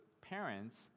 parents